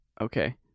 okay